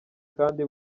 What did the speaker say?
kandi